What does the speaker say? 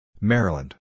Maryland